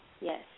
Yes